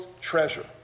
treasure